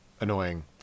annoying